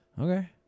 Okay